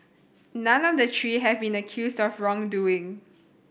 none of the three have been accused of wrongdoing